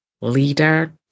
leader